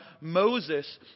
Moses